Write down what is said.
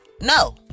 no